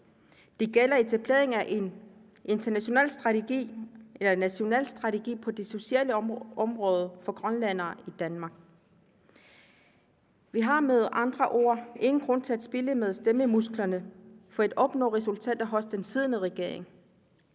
det gælder etableringen af en national strategi på det sociale område for grønlændere i Danmark. Vi har med andre ord ingen grund til at spille med stemmemusklerne for at opnå resultater hos den siddende regering.